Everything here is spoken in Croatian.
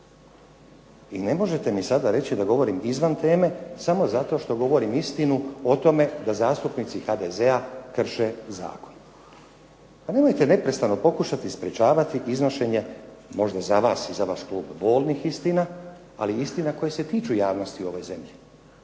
I ne možete mi sada reći da govorim izvan teme samo zato što govorim istinu o tome da zastupnici HDZ-a krše zakon. Pa nemojte neprestano pokušati sprečavati iznošenje možda za vas i za vaš klub bolnih istina, ali istina koje se tiču javnosti u ovoj zemlje.